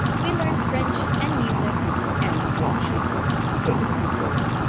we learned french and music and washing said the mock turtle.